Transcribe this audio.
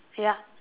ya